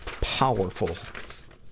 powerful